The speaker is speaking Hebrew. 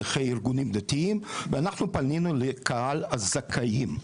שליחי ארגונים דתיים, ואנחנו פנינו לקהל הזכאים.